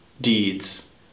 deeds